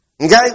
Okay